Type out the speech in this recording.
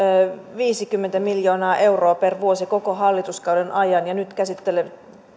viisikymmentä miljoonaa euroa per vuosi koko hallituskauden ajan ja se ja nyt